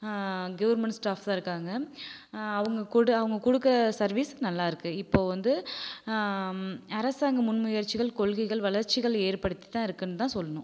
government staffs தான் இருக்காங்க அவங்க கொடு அவங்க கொடுக்குற சர்வீஸ் நல்லாருக்கு இப்போ வந்து அரசாங்க முன் முயற்சிகள் கொள்கைகள் வளர்ச்சிகள் ஏற்படுத்தி தான் இருக்குன்னு தான் சொல்லனும்